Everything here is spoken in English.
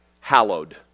hallowed